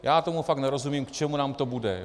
Já tomu fakt nerozumím, k čemu nám to bude.